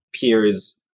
peers